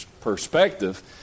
perspective